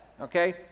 Okay